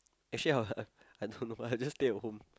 actually I h~ uh I don't know why just stay at home